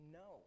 no